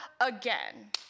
again